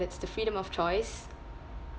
that's the freedom of choice